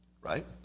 right